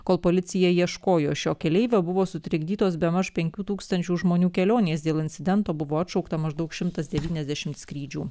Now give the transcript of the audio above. kol policija ieškojo šio keleivio buvo sutrikdytos bemaž penkių tūkstančių žmonių kelionės dėl incidento buvo atšaukta maždaug šimtas devyniasdešimt skrydžių